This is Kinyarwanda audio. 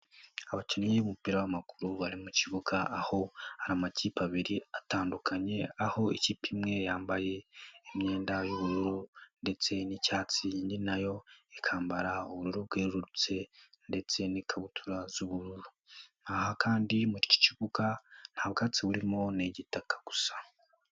Abakinnyi b'umupira w'amaguru bari mu kibuga aho hari amakipe abiri atandukanye, aho ikipe imwe yambaye imyenda y'ubururu ndetse n'icyatsi, indi na yo ikambara ubururu bwerurutse ndetse n'ikabutura z'ubururu, aha kandi muri kibuga nta bwatsi buririmo ni igitaka gusa.